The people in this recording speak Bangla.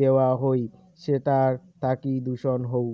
দেওয়া হই সেটার থাকি দূষণ হউ